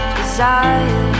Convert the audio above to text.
desire